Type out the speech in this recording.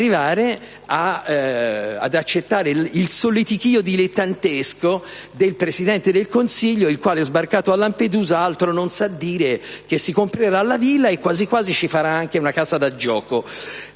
arrivare ad accettare il solletichío dilettantesco del Presidente del Consiglio che, sbarcato a Lampedusa, altro non sa dire che si comprerà la villa e, quasi quasi, ci farà anche una casa da gioco.